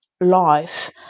life